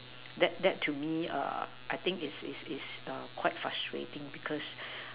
that that to me err I think is is is err quite frustrating because